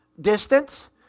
Distance